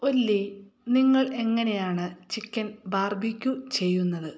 ഒല്ലി നിങ്ങൾ എങ്ങനെയാണ് chicken barbecue ചെയ്യുന്നത്